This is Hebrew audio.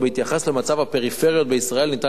בהתייחס למצב הפריפריות בישראל אפשר